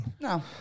No